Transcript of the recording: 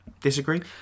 Disagree